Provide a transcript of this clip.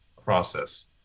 process